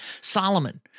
Solomon